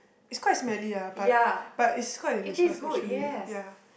it's quite smelly ah but but is quite delicious actually ya